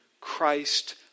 Christ